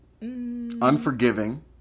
Unforgiving